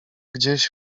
gdzieś